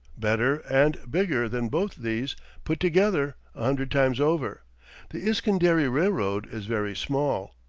better and bigger than both these put together a hundred times over the iskenderi railroad is very small.